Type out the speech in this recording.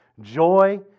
Joy